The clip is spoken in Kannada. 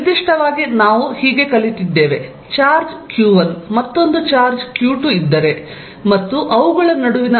ನಿರ್ದಿಷ್ಟವಾಗಿ ನಾವು ಕಲಿತಿದ್ದೇವೆ ಚಾರ್ಜ್ q1 ಮತ್ತೊಂದು ಚಾರ್ಜ್ q2 ಇದ್ದರೆ ಮತ್ತು ಅವುಗಳ ನಡುವಿನ ಅಂತರವು r12 ಆಗಿದೆ